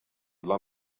dla